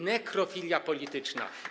Nekrofilia polityczna.